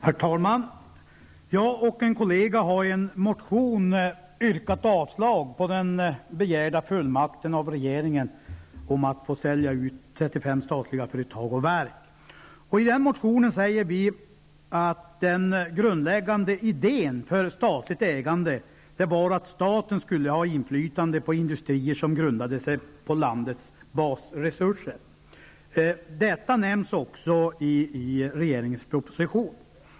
Herr talman! Jag och en kollega har i en motion yrkat avslag på den av regeringen begärda fullmakten till att sälja ut 35 statliga företag och verk. I den motionen säger vi att den grundläggande idén för statligt ägande var att staten skulle ha inflytande på industrier som grundade sig på landets basresurser. Detta nämns också i regeringens proposition.